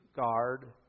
guard